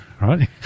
right